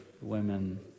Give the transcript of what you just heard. women